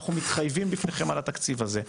אנחנו מתחייבים לפניכם על התקציב הזה,